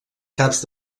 caps